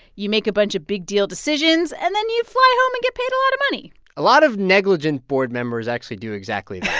you make a bunch of big-deal decisions. and then you fly home and get paid a lot of money a lot of negligent board members actually do exactly that